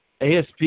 ASP